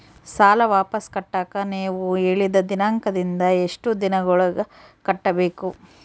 ಸಾಲ ವಾಪಸ್ ಕಟ್ಟಕ ನೇವು ಹೇಳಿದ ದಿನಾಂಕದಿಂದ ಎಷ್ಟು ದಿನದೊಳಗ ಕಟ್ಟಬೇಕು?